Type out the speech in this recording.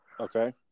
Okay